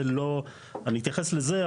אני אתייחס לזה,